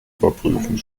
überprüfen